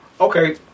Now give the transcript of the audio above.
Okay